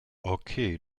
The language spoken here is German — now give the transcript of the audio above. okay